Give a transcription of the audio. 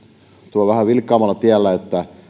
tuolla vähän vilkkaamalla tiellä että